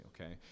okay